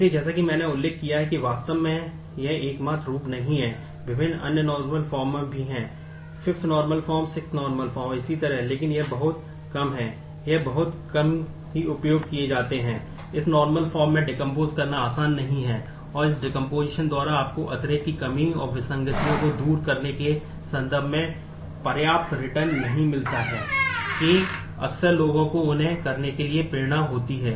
इसलिए जैसा कि मैंने उल्लेख किया है कि वास्तव में ये एकमात्र रूप नहीं हैं विभिन्न अन्य नार्मल फॉर्म मौजूद है